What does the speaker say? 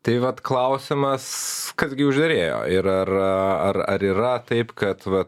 tai vat klausimas kas gi užderėjo ir ar ar ar yra taip kad vat